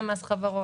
גם מס חברות,